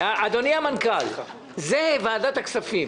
אדוני המנכ"ל, זו ועדת הכספים.